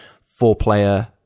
four-player